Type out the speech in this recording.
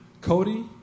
Cody